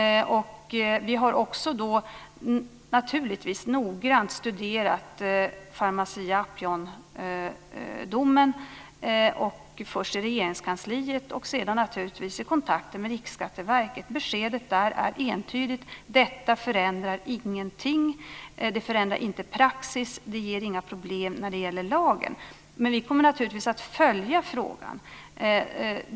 Vi har noggrant studerat Pharmacia & Upjohn-domen först i Regeringskansliet och sedan i kontakter med Riksskatteverket. Beskedet där är entydigt. Detta förändrar ingenting. Det förändrar inte praxis, och det ger inga problem när det gäller lagen. Vi kommer naturligtvis att följa frågan.